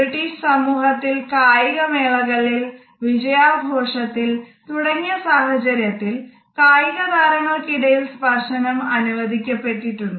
British സമൂഹത്തിൽ കായിക വേളകളിൽ വിജയാഘോഷത്തിൽ തുടങ്ങിയ സാഹചര്യത്തിൽ കായിക താരങ്ങൾക്ക് ഇടയിൽ സ്പർശനം അനുവദിക്കപ്പെട്ടിട്ടുണ്ട്